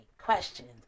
questions